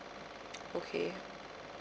okay